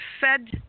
fed